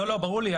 ברור לי.